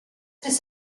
this